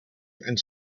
and